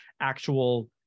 actual